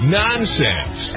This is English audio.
nonsense